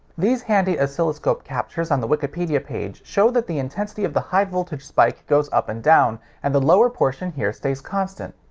these handy oscilloscope captures on the wikipedia page show that the intensity of the high voltage spike goes up and down, and the lower portion here stays constant.